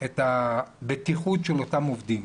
את הבטיחות של אותם עובדים.